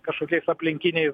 kažkokiais aplinkiniais